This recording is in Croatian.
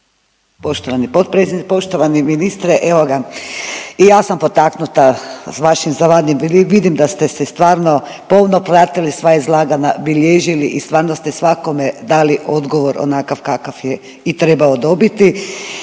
poštovani potpredsjedniče. Poštovani ministre, evoga i ja sam potaknuta s vašim … vidim da ste se stvarno pomno pratili sva izlaganja, bilježili i stvarno ste svakome dali odgovor onakav kakav je i trebao dobiti.